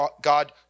God